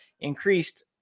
increased